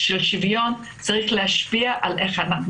שוויון צריכה להשפיע על איך אנחנו